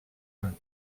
amb